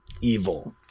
evil